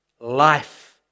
life